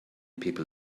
people